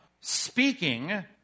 speaking